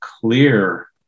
clear